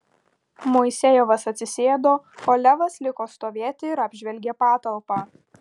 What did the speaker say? moisejevas atsisėdo o levas liko stovėti ir apžvelgė patalpą